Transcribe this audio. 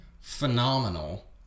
phenomenal